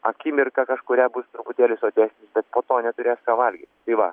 akimirką kažkurią bus truputėlį sotesnis bet po to neturės ką valgyt tai va